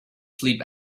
sleep